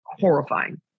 horrifying